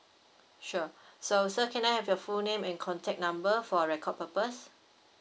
sure so sir can I have your full name and contact number for record purpose